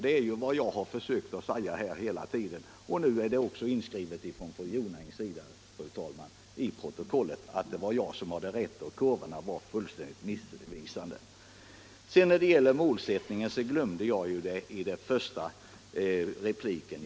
Det är vad jag har försökt säga hela tiden, och nu är det också inskrivet i protokollet, fru talman, att fru Jonäng sagt att det var jag som hade rätt och att kurvorna var fullständigt missvisande. Jag glömde att i min första replik beröra frågan om målsättning.